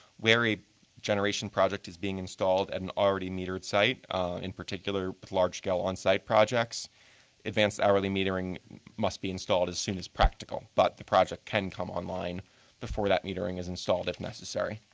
where a generation project is being installed at an already metered site in particular large scale on site projects advanced hourly metering must be installed as soon as practical, but the project can come online before that metering is installed if necessary.